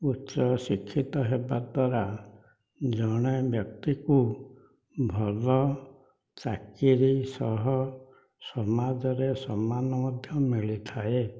ଉଚ୍ଚ ଶିକ୍ଷିତ ହେବା ଦ୍ଵାରା ଜଣେ ବ୍ୟକ୍ତିକୁ ଭଲ ଚାକିରୀ ସହ ସମାଜରେ ସମ୍ମାନ ମଧ୍ୟ ମିଳିଥାଏ